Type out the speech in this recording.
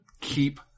keep